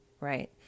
right